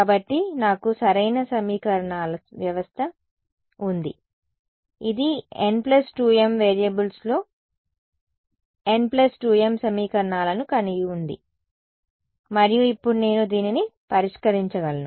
కాబట్టి నాకు సరైన సమీకరణాల వ్యవస్థ ఉంది ఇది n2m వేరియబుల్స్లో n2m సమీకరణాలను కలిగి ఉంది మరియు ఇప్పుడు నేను దీనిని పరిష్కరించగలను